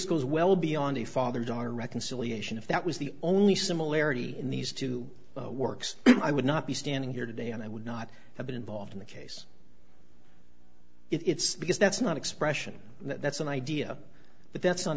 goes well beyond a father daughter reconciliation if that was the only similarity in these two works i would not be standing here today and i would not have been involved in the case it's because that's not expression that's an idea but that's